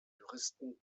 juristen